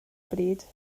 bryd